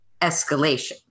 escalation